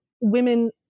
Women